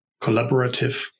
collaborative